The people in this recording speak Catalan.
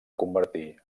convertir